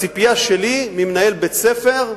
הציפייה שלי ממנהל בית-ספר,